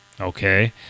Okay